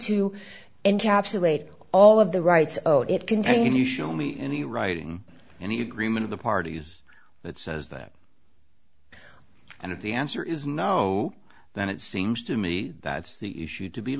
to encapsulate all of the rights it contained and you show me any writing any agreement of the parties that says that and if the answer is no then it seems to me that the issue to be